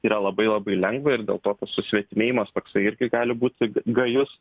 yra labai labai lengva ir dėl tokio susvetimėjimas toksai irgi gali būti g gajus